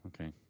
okay